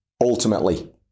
ultimately